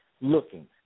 looking